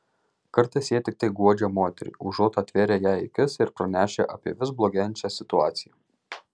kartais jie tiktai guodžia moterį užuot atvėrę jai akis ir pranešę apie vis blogėjančią situaciją